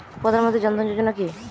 প্রধান মন্ত্রী জন ধন যোজনা কি?